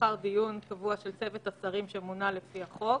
נוהל שאומרים שמתקיים הגם שאיננו מעוגן בחקיקה.